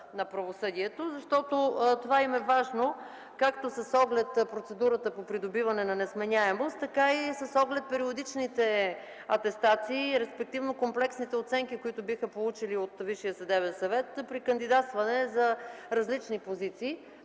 на правосъдието, защото това им е важно, както с оглед процедурата по придобиване на несменяемост, така и с оглед периодичните атестации, респективно комплексните оценки, които биха получили от Висшия съдебен съвет при кандидатстване за различни позиции.